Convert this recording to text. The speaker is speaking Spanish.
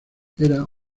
era